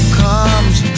comes